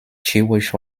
jewish